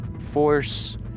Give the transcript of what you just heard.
force